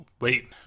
wait